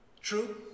True